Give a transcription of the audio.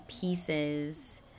pieces